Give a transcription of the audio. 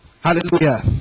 Hallelujah